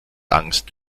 angst